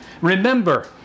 Remember